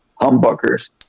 humbuckers